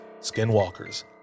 skinwalkers